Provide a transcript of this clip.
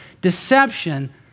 deception